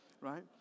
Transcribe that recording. right